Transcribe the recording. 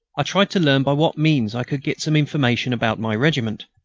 i tried to learn by what means i could get some information about my regiment.